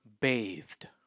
bathed